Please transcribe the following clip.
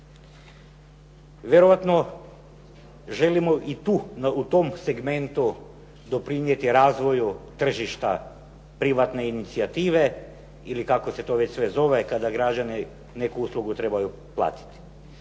Vjerojatno želimo i u tom segmentu doprinijeti razvoju tržišta privatne inicijative ili kako se to već sve zove, kada građani neku uslugu trebaju platiti.